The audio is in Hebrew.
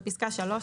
בפסקה (3)